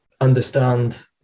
understand